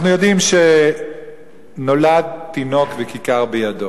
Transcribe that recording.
אנחנו יודעים שנולד תינוק וכיכר בידו.